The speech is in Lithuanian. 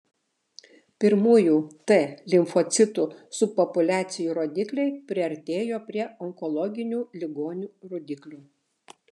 pirmųjų t limfocitų subpopuliacijų rodikliai priartėjo prie onkologinių ligonių rodiklių